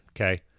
okay